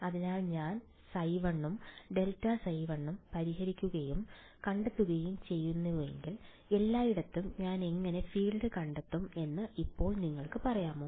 അതിനാൽ ഞാൻ ϕ1 ഉം ∇ϕ1 ഉം പരിഹരിക്കുകയും കണ്ടെത്തുകയും ചെയ്യുന്നെങ്കിൽ എല്ലായിടത്തും ഞാൻ എങ്ങനെ ഫീൽഡ് കണ്ടെത്തും എന്ന് ഇപ്പോൾ നിങ്ങൾക്ക് പറയാമോ